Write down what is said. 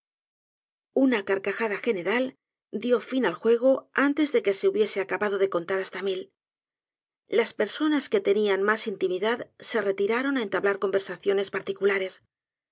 una carcajada general dio íin al juego antes de que se hubiese acabado de contar hasta mil las personas que tenían mas intimidad se retiraron á entablar conversaciones particulares